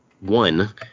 one